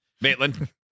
Maitland